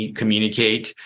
communicate